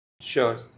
Sure